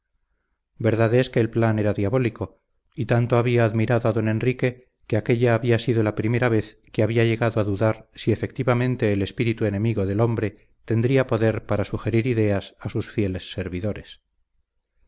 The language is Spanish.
es que el plan era diabólico y tanto había admirado a don enrique que aquélla había sido la primera vez que había llegado a dudar si efectivamente el espíritu enemigo del hombre tendría poder para sugerir ideas a sus fieles servidores